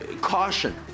caution